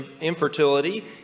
infertility